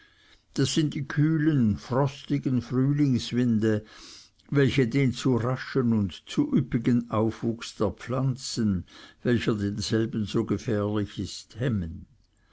das sind die kühlen frostigen frühlingswinde welche den zu raschen und zu üppigen aufwuchs der pflanzen welcher denselben so gefährlich ist hemmen